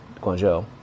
Guangzhou